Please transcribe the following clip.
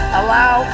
allow